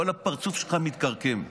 כל הפרצוף שלך מתכרכם,